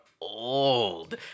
old